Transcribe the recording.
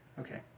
okay